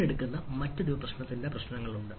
വീണ്ടെടുക്കുന്ന മറ്റൊരു പ്രശ്നത്തിന്റെ പ്രശ്നങ്ങളുണ്ട്